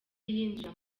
yinjira